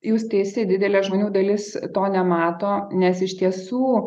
jūs teisi didelė žmonių dalis to nemato nes iš tiesų